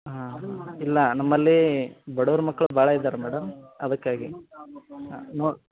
ಹಾಂ ಇಲ್ಲ ನಮ್ಮಲ್ಲಿ ಬಡವ್ರ ಮಕ್ಳು ಭಾಳ ಇದ್ದಾರೆ ಮೇಡಮ್ ಅದಕ್ಕಾಗಿ ಹಾಂ ನೋಡಿ